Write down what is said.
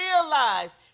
realize